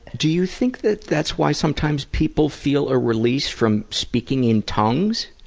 do you think that that's why sometimes people feel a release from speaking in tongues?